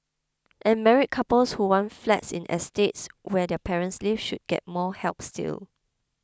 and married couples who want flats in estates where their parents live should get more help still